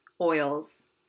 oils